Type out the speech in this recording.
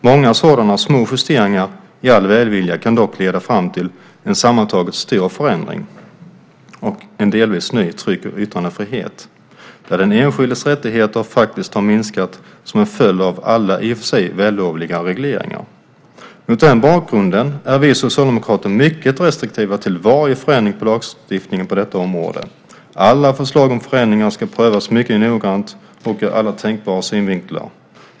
Många sådana småjusteringar, gjorda i all välvilja, kan dock leda fram till en sammantaget stor förändring och en delvis ny tryck och yttrandefrihet där den enskildes rättigheter, som en följd av alla i och för sig vällovliga regleringar, minskat. Mot den bakgrunden är vi socialdemokrater mycket restriktiva till varje förändring av lagstiftningen på detta område. Alla förslag om förändringar ska prövas mycket noggrant och ur alla tänkbara synvinklar.